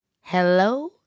hello